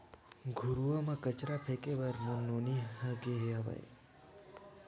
घुरूवा म कचरा फेंके बर मोर नोनी ह गे हावय